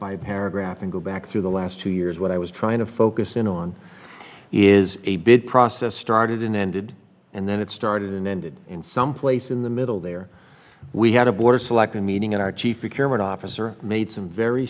by paragraph and go back through the last two years what i was trying to focus in on is a bid process started and ended and then it started and ended in some place in the middle there we had a border selective meeting in our chief experiment officer made some very